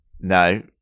no